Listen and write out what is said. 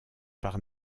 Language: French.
par